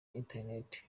internet